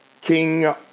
King